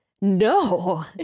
no